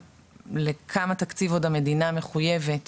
לכמה תקציב עוד המדינה מחויבת